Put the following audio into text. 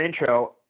intro